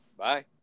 Bye